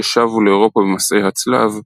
ששבו לאירופה ממסעי הצלב,